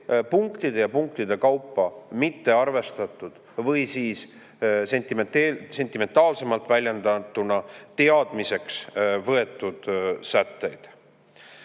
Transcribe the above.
punktide ja punktide kaupa mittearvestatud, või siis sentimentaalsemalt väljendatuna teadmiseks võetud sätteid.